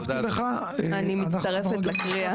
אני מצטרפת לקריאה.